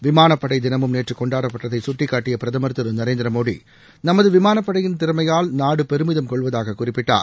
விமானப்படை தினமும் நேற்று கொண்டாடப்பட்டதை சுட்டிக்காட்டிய பிரதமள் திரு நரேந்திர மோடி நமது விமானப்படையின் திறமையால் நாடு பெருமிதம் கொள்வதாக குறிப்பிட்டார்